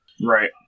Right